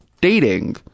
dating